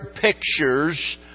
pictures